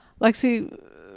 Lexi